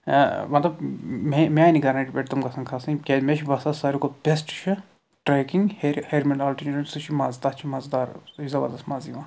مطلب میٛانہِ میٛانہِ گارنٹی پٮ۪ٹھ تِم گژھَن کھسٕنۍ کیٛازِ مےٚ چھُ باسان سارِوٕے کھۄتہٕ بیٚسٹہٕ چھُ ٹرٛیکِنٛگ ہیٚرِ ہیٚرِمٮ۪ن آلٹِچوٗڑن سُہ چھُ مَزٕ تَتھ چھُ مَزٕدار زبردَس مَزٕ یِوان